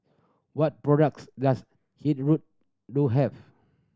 what products does Hill Road do have